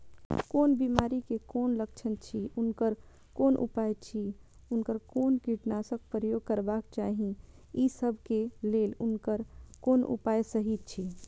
कोन बिमारी के कोन लक्षण अछि उनकर कोन उपाय अछि उनकर कोन कीटनाशक प्रयोग करबाक चाही ई सब के लेल उनकर कोन उपाय सहि अछि?